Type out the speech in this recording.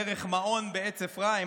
דרך מעון בעץ אפרים,